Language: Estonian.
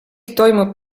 toimub